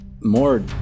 More